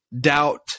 doubt